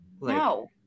No